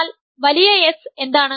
എന്നാൽ വലിയ S എന്താണ്